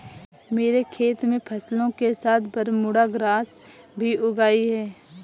मेरे खेत में फसलों के साथ बरमूडा ग्रास भी उग आई हैं